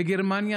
בגרמניה,